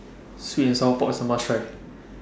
Sweet and Sour Pork IS A must Try